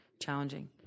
challenging